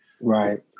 Right